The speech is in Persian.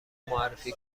معرفی